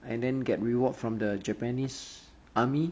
and then get reward from the japanese army